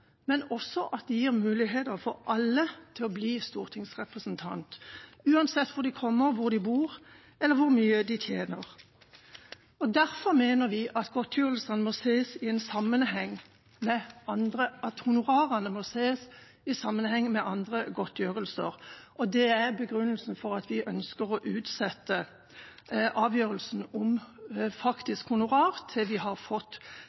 men også at de gir muligheter for alle til å bli stortingsrepresentant, uansett hvor de kommer fra, hvor de bor, eller hvor mye de tjener. Derfor mener vi at godtgjørelsene må ses i sammenheng med andre, at honorarene må ses i sammenheng med andre godtgjørelser. Det er begrunnelsen for at vi ønsker å utsette avgjørelsen om faktisk honorar til vi har fått